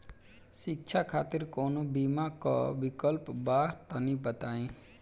शिक्षा खातिर कौनो बीमा क विक्लप बा तनि बताई?